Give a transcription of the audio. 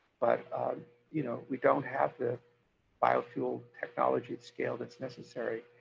but you know we don't have the biofuel technology scale that's necessary.